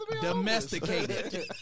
domesticated